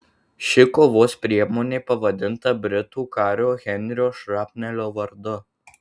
ši kovos priemonė pavadinta britų kario henrio šrapnelio vardu